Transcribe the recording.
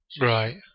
right